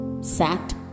sat